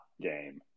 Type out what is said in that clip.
game